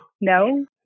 No